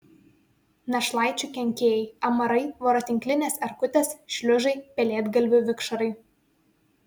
našlaičių kenkėjai amarai voratinklinės erkutės šliužai pelėdgalvių vikšrai